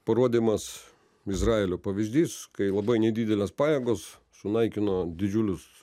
parodymas izraelio pavyzdys kai labai nedidelės pajėgos sunaikino didžiulius